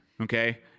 Okay